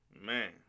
man